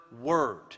word